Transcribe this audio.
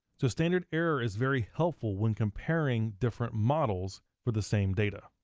so standard error is very helpful when comparing different models for the same data.